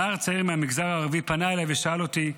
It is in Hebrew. נער צעיר מהמגזר הערבי פנה אליי ושאל אותי: